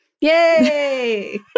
Yay